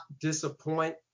disappoint